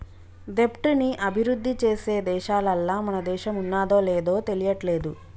దెబ్ట్ ని అభిరుద్ధి చేసే దేశాలల్ల మన దేశం ఉన్నాదో లేదు తెలియట్లేదు